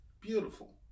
beautiful